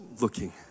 looking